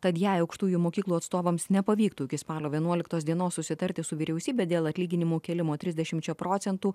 tad jei aukštųjų mokyklų atstovams nepavyktų iki spalio vienuoliktos dienos susitarti su vyriausybe dėl atlyginimų kėlimo trisdešimčia procentų